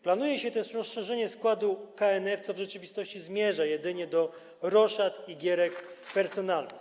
Planuje się też rozszerzenie składu KNF, co w rzeczywistości zmierza jedynie do roszad i gierek personalnych.